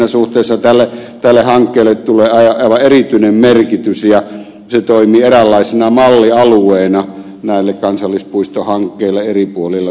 siinä suhteessa tälle hankkeelle tulee aivan erityinen merkitys ja se toimii eräänlaisena mallialueena näille kansallispuistohankkeille eri puolilla suomea